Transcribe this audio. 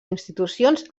institucions